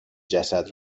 جسد